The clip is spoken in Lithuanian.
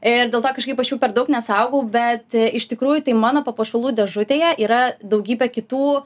ir dėl to kažkaip aš jų per daug nesaugau bet iš tikrųjų tai mano papuošalų dėžutėje yra daugybė kitų